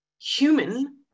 human